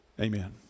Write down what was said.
Amen